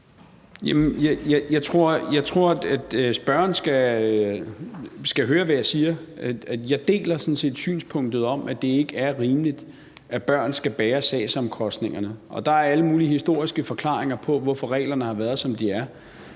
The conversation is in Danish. sådan set synspunktet om, at det ikke er rimeligt, at børn skal bære sagsomkostningerne. Der er alle mulige historiske forklaringer på, hvorfor reglerne har været, som de er,